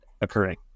occurring